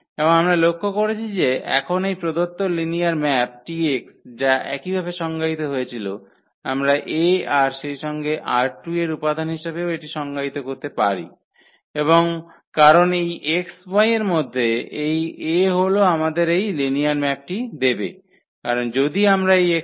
এবং আমরা লক্ষ্য করেছি যে এখন এই প্রদত্ত লিনিয়ার ম্যাপ Tx যা এইভাবে সংজ্ঞায়িত হয়েছিল আমরা 𝐴 আর সেইসঙ্গে ℝ2 এর উপাদান হিসাবেও এটি সংজ্ঞায়িত করতে পারি এবং কারণ এই xy এর মধ্যে এই A হল আমাদের এই লিনিয়ার ম্যাপটি দেবে কারণ যদি আমরা এই xy এর সাথে A কে গুণ করি